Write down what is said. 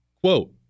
Quote